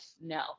no